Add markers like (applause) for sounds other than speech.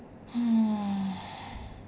(breath)